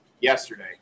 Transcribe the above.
yesterday